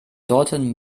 dorthin